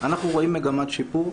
אנחנו רואים מגמת שיפור,